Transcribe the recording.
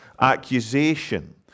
Accusation